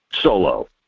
solo